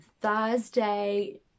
Thursday